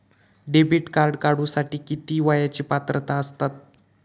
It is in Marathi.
डेबिट कार्ड काढूसाठी किती वयाची पात्रता असतात?